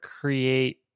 create